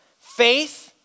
faith